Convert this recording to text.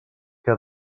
que